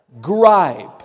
gripe